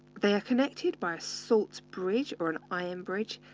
they are connected by a salt bridge, or an ion bridge,